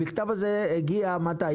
המכתב הזה הגיע מתי?